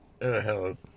Hello